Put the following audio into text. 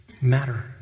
matter